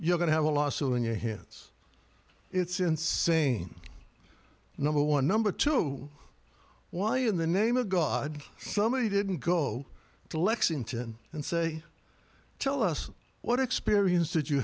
you're going to have a lawsuit on your hands it's insane number one number two why in the name of god somebody didn't go to lexington and say tell us what experience